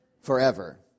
forever